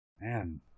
Man